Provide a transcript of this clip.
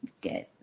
Good